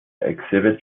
exhibit